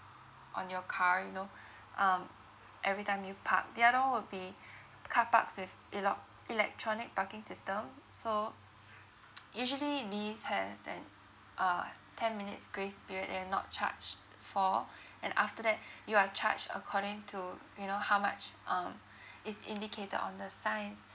on your car you know um every time you park the other one would be carparks with eloc~ electronic parking system so usually these has an uh ten minutes grace period you're not charged for and after that you are charged according to you know how much um is indicated on the signs